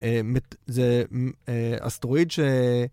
אה... זה אסטרואיד ש...